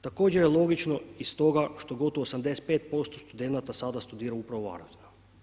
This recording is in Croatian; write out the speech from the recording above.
Također je logično i stoga što gotovo 85% studenata sada studira upravo u Varaždinu.